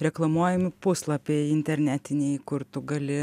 reklamuojami puslapiai internetiniai kur tu gali